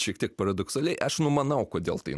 šiek tiek paradoksaliai aš numanau kodėl tai